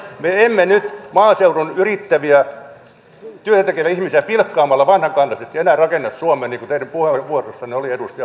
me emme nyt maaseudun yrittäviä työtätekeviä ihmisiä pilkkaamalla vanhakantaisesti enää rakenna suomea niin kuin teidän puheenvuorossanne oli edustaja harakka